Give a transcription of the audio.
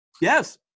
Yes